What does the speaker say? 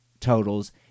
totals